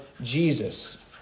Jesus